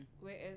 whereas